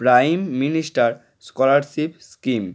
prime minister scholarship scheme